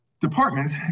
departments